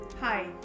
Hi